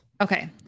okay